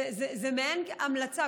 זאת מעין המלצה,